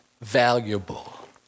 valuable